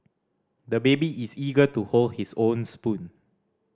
the baby is eager to hold his own spoon